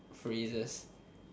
phrases